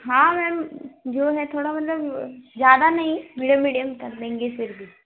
हाँ मैम जो है थोड़ा मतलब ज़्यादा नहीं मीडियम मीडियम कर देंगे फिर भी